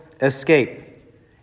escape